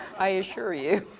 i assure you.